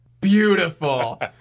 Beautiful